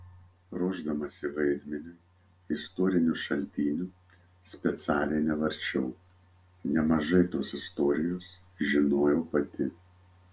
ruošdamasi vaidmeniui istorinių šaltinių specialiai nevarčiau nemažai tos istorijos žinojau pati